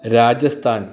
Rajasthan